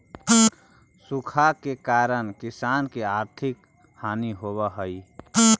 सूखा के कारण किसान के आर्थिक हानि होवऽ हइ